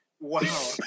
Wow